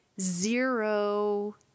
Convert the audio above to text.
zero